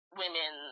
women